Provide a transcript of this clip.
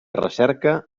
recerca